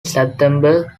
september